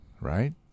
Right